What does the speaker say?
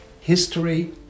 History